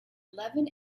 eleven